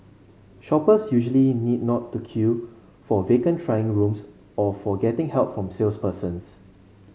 shoppers usually need not to queue for vacant trying rooms or for getting help from salespersons